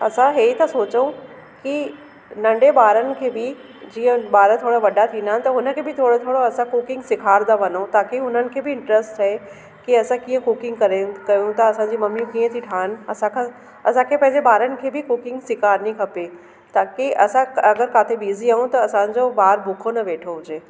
असां हीअ ई था सोचूं की नंढे ॿारनि खे बि जीअं ॿार थोरा वॾा थींदा त उन्हनि खे बि थोरो थोरो असां कुकिंग सेखारींदा वञूं ताकी उन्हनि खे बि इंट्रस्ट ठहे की असां कीअं कुकिंग करे कयूं त असांजी मम्मी कीअं त ठाहनि असांखां असांखे पंहिंजे ॿारनि खे बि कुकिंग सेखारणी खपे ताकी असां अगरि काथे बिजी आहियूं त असांजो ॿार भुखो न वेठो हुजे